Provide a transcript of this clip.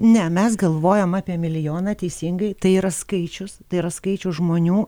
ne mes galvojom apie milijoną teisingai tai yra skaičius tai yra skaičius žmonių